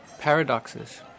paradoxes